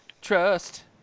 Trust